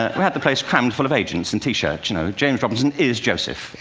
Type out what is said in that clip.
ah we had the place crammed full of agents in t-shirts you know james robinson is joseph!